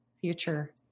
future